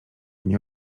nie